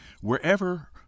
wherever